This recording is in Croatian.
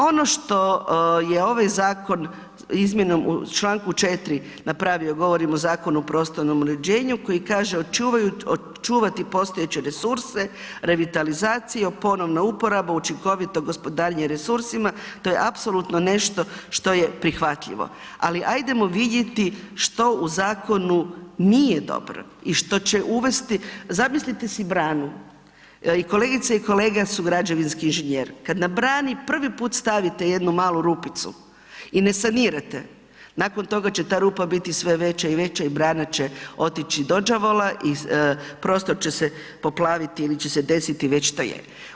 Ono što je ovaj zakon izmjenom u članku 4. napravio, govorim o Zakonu o prostornom uređenju koji kaže očuvati postojeće resurse, revitalizacija, ponovno uporaba, učinkovito gospodarenje resursima, to je apsolutno nešto što je prihvatljivo ali ajdemo vidjeti što u zakonu nije dobro i što će uvesti, zamislite si branu i kolegica i kolega su građevinski inženjeri, kad na brani prvi put stavite jednu malu rupicu i ne sanirate, nakon toga će ta rupa biti sve veća i veća i brana će otići dođavola i prostor će se poplaviti ili će se desiti već što je.